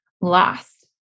lost